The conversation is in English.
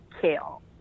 Kale